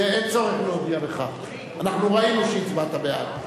אין צורך להודיע כך, אנחנו ראינו שהצבעת בעד.